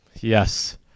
Yes